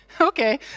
okay